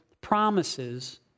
promises